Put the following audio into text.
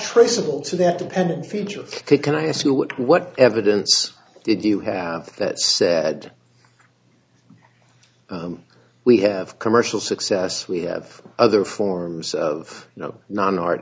traceable to that dependent feature can i ask you what what evidence did you have that said we have commercial success we have other forms of you know non art